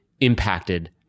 impacted